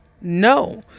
no